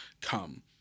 come